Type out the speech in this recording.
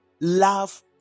love